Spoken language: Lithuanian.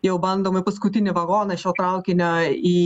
jau bandom į paskutinį vagoną šio traukinio į